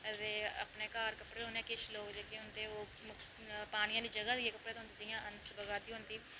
अते अपने घर कपड़े धोने किश लोग होंदे ओह् पानियै आह्लियै जगह् उत्थै जाइयै कपड़े धोंदे बगा दी होंदी